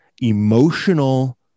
emotional